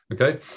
Okay